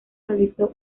realizó